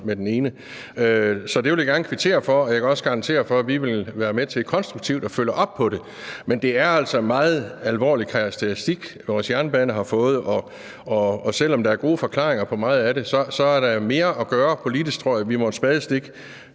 Så det vil jeg gerne kvittere for, og jeg kan også garantere for, at vi vil være med til konstruktivt at følge op på det. Men det er altså en meget alvorlig karakteristik, vores jernbane har fået, og selv om der er gode forklaringer på meget af det, så tror jeg jo, at der er mere at gøre politisk. Vi må et spadestik